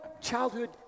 childhood